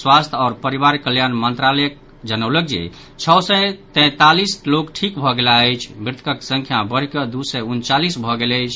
स्वास्थ्य आओर परिवार कल्याण मंत्रालय जनौलक जे छओ सय तैंतालीस लोक ठिक भऽ गेलाह अछि मृतकक संख्या बढ़ि कऽ दू सय उनचालीस भऽ गेल अछि